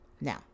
Now